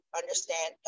understand